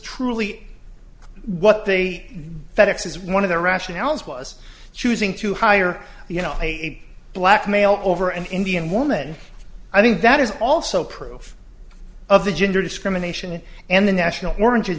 truly what the fed ex's one of the rationales was choosing to hire you know a black male over an indian woman i think that is also proof of the gender discrimination and the national